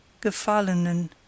Gefallenen